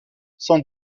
sans